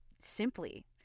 simply